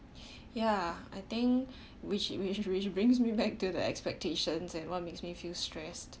ya I think which which which brings me back to the expectations and what makes me feel stressed